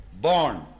born